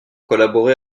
collaboré